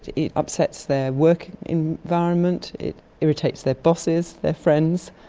it it upsets their work environment, it irritates their bosses, their friends,